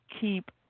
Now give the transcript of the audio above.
keep